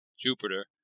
Jupiter